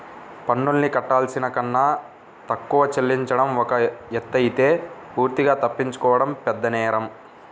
పన్నుల్ని కట్టాల్సిన కన్నా తక్కువ చెల్లించడం ఒక ఎత్తయితే పూర్తిగా తప్పించుకోవడం పెద్దనేరం